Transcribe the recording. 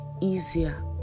easier